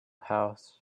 house